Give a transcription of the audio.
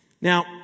Now